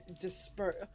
disperse